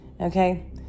Okay